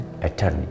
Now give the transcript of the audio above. eternity